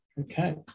Okay